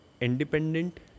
independent